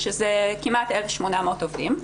שזה כמעט 1,800 עובדים.